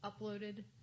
uploaded